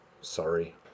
Sorry